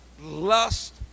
lust